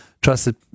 trusted